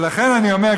לכן אני אומר,